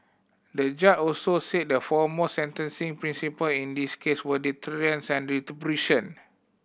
the judge also said the foremost sentencing principle in this case were deterrence and retribution